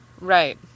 Right